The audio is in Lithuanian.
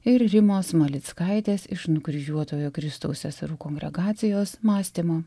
ir rimos malickaitės iš nukryžiuotojo kristaus seserų kongregacijos mąstymo